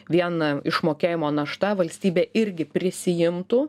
viena išmokėjimo našta valstybė irgi prisiimtų